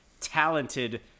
talented